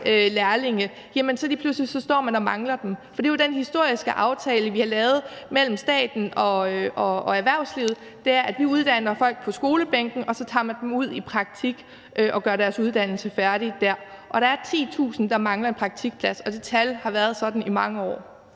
lærlinge, så står man lige pludselig og mangler dem. For det er jo den historiske aftale, vi har lavet mellem staten og erhvervslivet, nemlig at vi uddanner folk på skolebænken, og så tager man dem ud i praktik og gør deres uddannelse færdig der. Og der er 10.000, der mangler en praktikplads, og det tal har været sådan i mange år.